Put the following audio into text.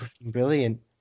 brilliant